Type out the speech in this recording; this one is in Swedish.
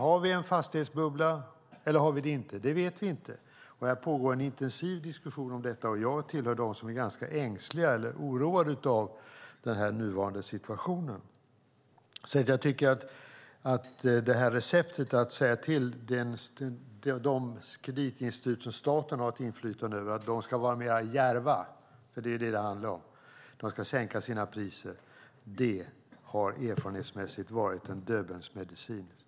Har vi en fastighetsbubbla eller inte? Det vet vi inte. Det pågår en intensiv diskussion om detta. Jag tillhör dem som är oroade över den nuvarande situationen. Receptet att säga till de kreditinstitut som staten har ett inflytande över att vara mer djärva - det är vad det handlar om - och sänka sina priser har erfarenhetsmässigt varit en döbelnsmedicin.